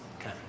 Okay